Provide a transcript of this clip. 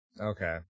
Okay